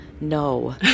no